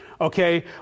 okay